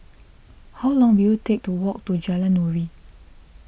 how long will it take to walk to Jalan Nuri